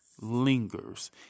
lingers